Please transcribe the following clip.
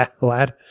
Lad